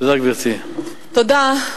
גברתי, תודה.